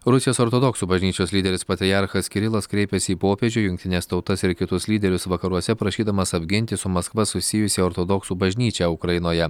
rusijos ortodoksų bažnyčios lyderis patriarchas kirilas kreipėsi į popiežių jungtines tautas ir kitus lyderius vakaruose prašydamas apginti su maskva susijusią ortodoksų bažnyčią ukrainoje